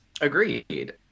Agreed